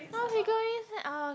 now figurines ah